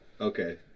Okay